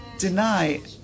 deny